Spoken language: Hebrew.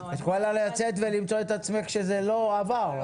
את יכולה לצאת ולמצוא את עצמך שזה לא עבר.